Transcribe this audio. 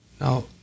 Now